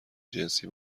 جنسی